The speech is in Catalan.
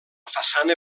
façana